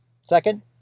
Second